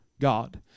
God